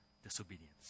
Disobedience